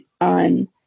on